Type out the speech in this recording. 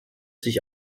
sich